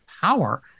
power